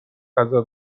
غذا